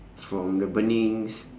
from the burnings